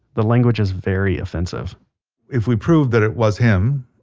the language is very offensive if we prove that it was him,